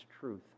truth